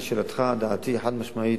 לשאלתך, דעתי החד-משמעית,